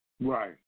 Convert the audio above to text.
Right